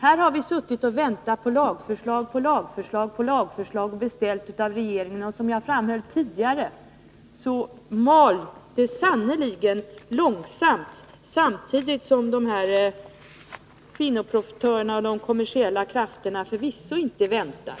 Här har vi suttit och väntat på lagförslag efter lagförslag, som vi har beställt av regeringen. Som jag framhöll tidigare mal det sannerligen långsamt, samtidigt som kvinnoprofitörerna och de kommersiella krafterna förvisso inte väntar.